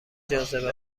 جاذبه